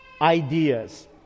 ideas